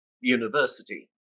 university